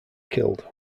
killed